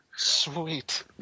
Sweet